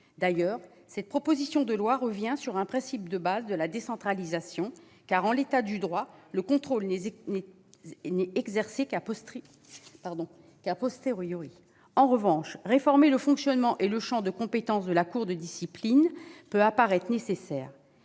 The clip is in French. D'ailleurs, cette proposition de loi revient sur un principe de base de la décentralisation : en l'état actuel du droit, le contrôle s'exerce. En revanche, réformer le fonctionnement et le champ de compétences de la Cour de discipline budgétaire